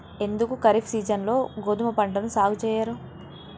ఎందుకు ఖరీఫ్ సీజన్లో గోధుమ పంటను సాగు చెయ్యరు?